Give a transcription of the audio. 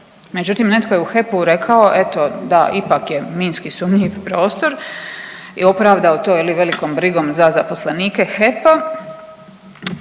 Međutim, netko je u HEP-u rekao, eto, da ipak je minski sumnjiv prostor i opravdao to, je li, velikom brigom za zaposlenike HEP-a